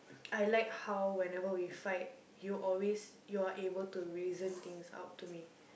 I like how whenever we fight you always you're able to reason things out to me